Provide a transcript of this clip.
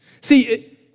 See